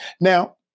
Now